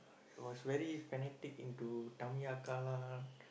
was very fanatic into Tamiya car lah